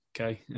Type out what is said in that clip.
okay